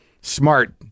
Smart